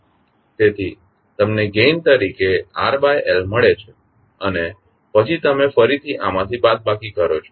તેથી તમને ગેઇન તરીકે RL મળે છે અને પછી તમે ફરીથી આમાંથી બાદબાકી કરો છો